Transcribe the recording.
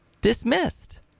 Dismissed